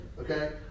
okay